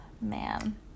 Man